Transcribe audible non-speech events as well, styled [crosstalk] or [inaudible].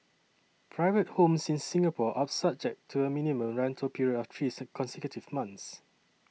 private homes in Singapore are subject to a minimum rental period of three [unintelligible] consecutive months